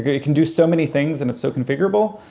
you can do so many things and it's so configurable,